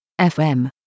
FM